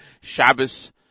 Shabbos